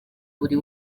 buri